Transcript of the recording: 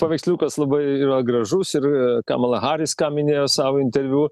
paveiksliukas labai gražus ir kamala haris ką minėjo savo interviu